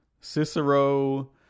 Cicero